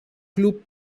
club